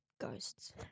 Ghosts